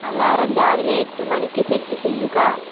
alarm രാവിലെ എട്ട് മണിക്ക് സെറ്റ് ചെയ്യുക